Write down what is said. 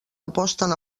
aposten